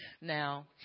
Now